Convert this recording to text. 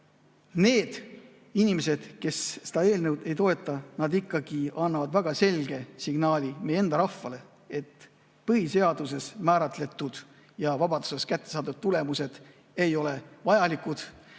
need inimesed, kes seda eelnõu ei toeta, ikkagi annavad väga selge signaali meie enda rahvale, et põhiseaduses määratletud ja vabaduses kätte saadud tulemused ei ole vajalikud,